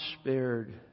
spared